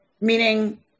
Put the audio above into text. meaning